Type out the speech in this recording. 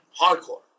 hardcore